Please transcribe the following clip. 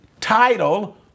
title